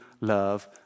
love